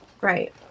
Right